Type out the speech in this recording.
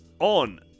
On